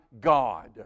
God